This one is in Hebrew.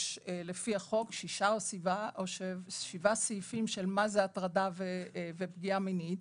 לפי החוק יש שבעה סעיפים של מה היא הטרדה ופגיעה מינית,